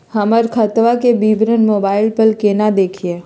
हमर खतवा के विवरण मोबाईल पर केना देखिन?